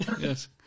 yes